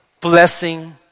blessing